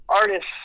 artists